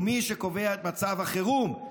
הוא מי שקובע את מצב החירום,